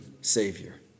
Savior